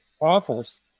office